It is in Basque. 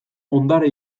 ondare